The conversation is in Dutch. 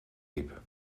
liep